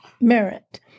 merit